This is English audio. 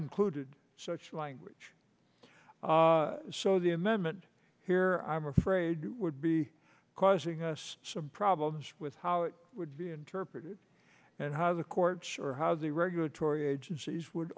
included such language so the amendment here i'm afraid would be causing us some problems with how it would be interpreted and how the court sure how the regulatory agencies would